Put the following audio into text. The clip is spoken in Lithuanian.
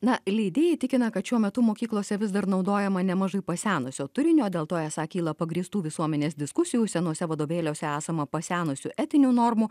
na leidėjai tikina kad šiuo metu mokyklose vis dar naudojama nemažai pasenusio turinio dėl to esą kyla pagrįstų visuomenės diskusijų senuose vadovėliuose esama pasenusių etinių normų